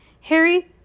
Harry